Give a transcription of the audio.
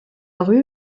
rue